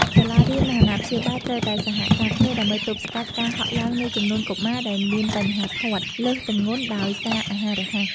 សាលារៀន និងអាណាព្យាបាលត្រូវតែសហការគ្នា ដើម្បីទប់ស្កាត់ការហក់ឡើងនៃចំនួនកុមារដែលមានបញ្ហាធាត់លើសទម្ងន់ដោយសារអាហាររហ័ស។